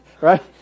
Right